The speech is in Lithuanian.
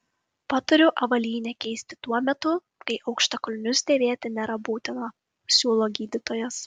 patariu avalynę keisti tuo metu kai aukštakulnius dėvėti nėra būtina siūlo gydytojas